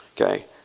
Okay